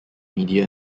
media